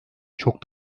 çok